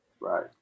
right